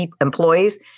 employees